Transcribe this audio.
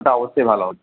সেটা অবশ্যই ভালো হবে